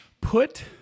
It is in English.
Put